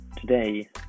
today